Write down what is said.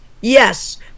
Yes